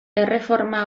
erreforma